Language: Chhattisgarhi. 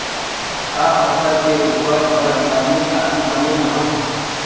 का फसल के उपज बर रासायनिक खातु बने हवय?